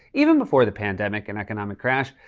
even before the pandemic and economic crash,